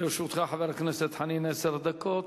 לרשותך, חבר הכנסת חנין, עשר דקות.